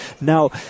now